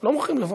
לא מוכרחים לבוא.